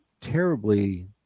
terribly